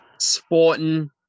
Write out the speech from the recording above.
Sporting